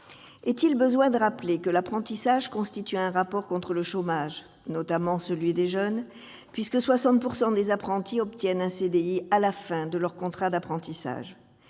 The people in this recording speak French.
Est-il besoin de rappeler que l'apprentissage constitue un rempart contre le chômage, notamment celui des jeunes, puisque 60 % des apprentis obtiennent un CDI à la fin de leur contrat d'apprentissage ?